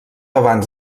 abans